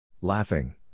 Laughing